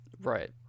Right